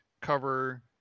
cover